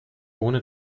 ohne